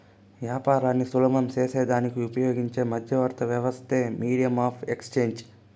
యాపారాన్ని సులభం సేసేదానికి ఉపయోగించే మధ్యవర్తి వ్యవస్థే మీడియం ఆఫ్ ఎక్స్చేంజ్